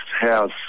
house